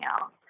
else